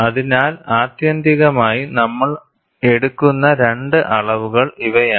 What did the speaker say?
അതിനാൽ ആത്യന്തികമായി നമ്മൾ എടുക്കുന്ന രണ്ട് അളവുകൾ ഇവയാണ്